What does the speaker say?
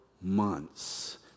months